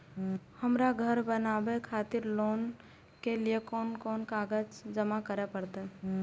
हमरा घर बनावे खातिर लोन के लिए कोन कौन कागज जमा करे परते?